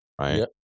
right